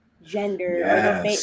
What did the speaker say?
gender